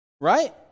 Right